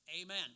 Amen